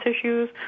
issues